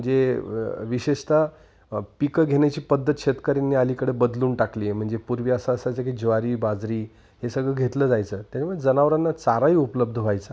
म्हणजे विशेषतः पिकं घेण्याची पद्धत शेतकऱ्यांनी अलीकडे बदलून टाकली म्हणजे पूर्वी असं असायचं की ज्वारी बाजरी हे सगळं घेतलं जायचं त्याच्यामुळे जनावरांना चाराही उपलब्ध व्हायचा